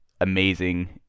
amazing